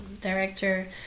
director